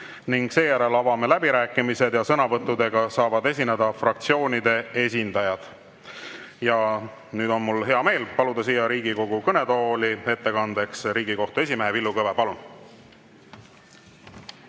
minut. Seejärel avame läbirääkimised ja sõnavõttudega saavad esineda fraktsioonide esindajad. Ja nüüd on mul hea meel paluda siia Riigikogu kõnetooli ettekandeks Riigikohtu esimees Villu Kõve. Palun!